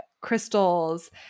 crystals